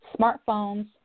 smartphones